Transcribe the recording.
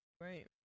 Right